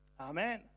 Amen